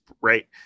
right